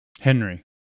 Henry